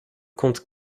compte